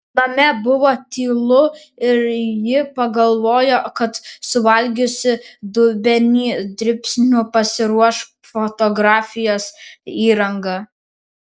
name buvo tylu ir ji pagalvojo kad suvalgiusi dubenį dribsnių pasiruoš fotografijos įrangą